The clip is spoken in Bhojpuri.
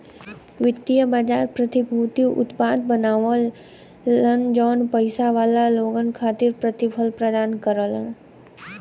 वित्तीय बाजार प्रतिभूति उत्पाद बनावलन जौन पइसा वाला लोगन खातिर प्रतिफल प्रदान करला